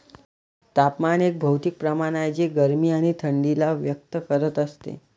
तापमान एक भौतिक प्रमाण आहे जे गरमी आणि थंडी ला व्यक्त करत असते